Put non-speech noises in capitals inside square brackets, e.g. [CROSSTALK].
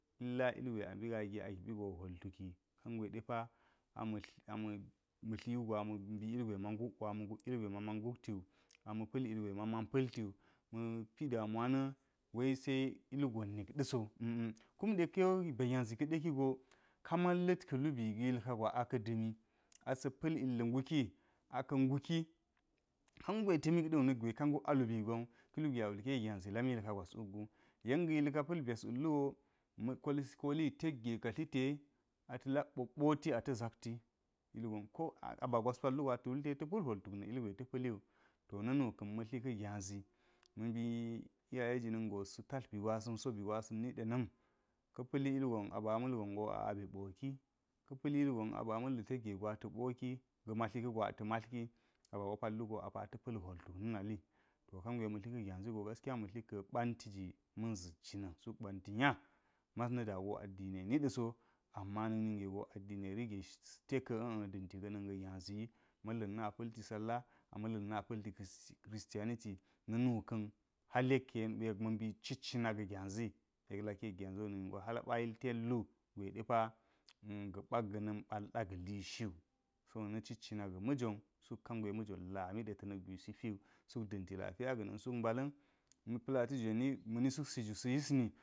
Illa ilgwe ambi ga agi a giɓi go hwol tuki ka̱ngwe depa ama̱lti-ma̱ tli wogo a ma̱nb mbi – ilgwe ma nguk wu ama̱ nguk ilgwe ma man ngukti wu a ma̱ pa̱l ilgwe ma man pa̱ltiwu ma̱ pi damuwa na̱ wa’i se ilgon nik ɗa̱so [HESITATION] kumɗe kiwu ba gyazi ka̱ɗe kigo ka man lid ku lubi ga yilka gwa a ka da̱mi asa̱ pa̱l ilga̱ nguki a ka̱ nguki kan gwe ta̱mik da̱u na̱k gwe ka nguk a lubi gwawu kalu gwe a wulke gyazi lam kilka gwos wukgu yen ga̱ yilka pa̱l byes wullu go [HESITATION] koli tedge ku hite a lok ɓoɓɓoti ata̱ zakti ilgon ka-uba gwas pallugo ata̱ wulte ta̱ pa̱l hwol tuk ni ilgwe ta̱ paliwu to ninu ka̱n ma̱ tli ka̱ gyazi mbi iyeye jina̱n go sa̱ tati bi gwasa̱ nso bi gwasa̱n ni dena̱m ka̱ pa̱li ilgon aba milgon go a abe ɓoki, kạ pa̱li ilgon aba ma̱lga̱ tekge go ata̱ ɓoki kume ga̱ mbati ka̱go ata̱ matiki aba gwa pallugo apa ta̱ pa̱l hwɔ tuk na̱nali to kengwe ma̱ hi ka̱ gyazi go gaskiya ma̱tli ka̱ ɓa̱nti ji ma̱n zit jina̱n suk ɓanti niya mas da go addine ni daso ama nok ninge go addine rige teka̱ da̱n ti gạ na̱n ga̱ gyazi wi ma̱nla̱n na pa̱lti salla a ma̱n la̱n na pa̱lti kris – kristiyaniti na̱ nuka̱n hal yek ka̱ma̱ mbi cit ci na ga̱ gyazi yek lakiwo ningo gyaziwo hal ɓa yilte lu gwe depa [HESITATION] ga̱ba̱ ga̱ria̱n balɗa ga ushi wu so na ciccina ga̱ ma̱ jwan suk kangwe ma̱jwon la mi de ta̱ na̱k gwisi piwu suk da̱nti lapiya ga̱ngu suk ma mba la̱n na̱ pa̱lati jwe ma̱ni suk siju sa̱ yisni.